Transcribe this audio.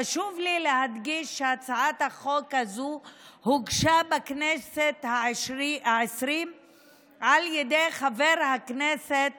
חשוב לי להדגיש שהצעת החוק הזו הוגשה בכנסת העשרים על ידי חבר הכנסת